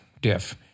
diff